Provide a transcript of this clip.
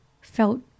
felt